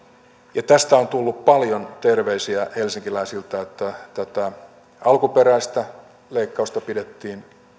ja tästä on tullut paljon terveisiä helsinkiläisiltä että tätä alkuperäistä leikkausta pidettiin